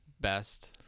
best